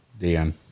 Dan